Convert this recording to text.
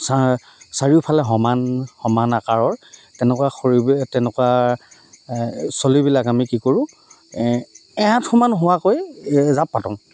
চাৰিওফালে সমান সমান আকাৰৰ তেনেকুৱা তেনেকুৱা চলিবিলাক আমি কি কৰোঁ এআঁঠুমান হোৱাকৈ জাঁপ পাতোঁ